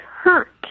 hurt